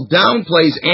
downplays